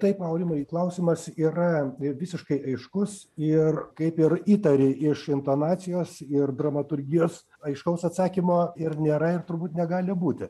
taip aurimai klausimas yra visiškai aiškus ir kaip ir įtari iš intonacijos ir dramaturgijos aiškaus atsakymo ir nėra ir turbūt negali būti